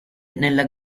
nella